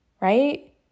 right